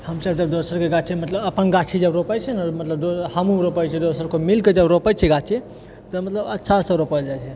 हमसब जब दोसरके गाछी मतलब अपन गाछी जब रोपै छिऐ ने मतलब हमहूँ रोपै छिऐ दोसर कोइ मिलके जब रोपै छिऐ गाछी तऽ मतलब अच्छासँ रोपल जाइ छै